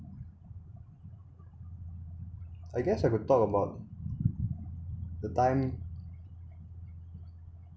I guess I could talk about the time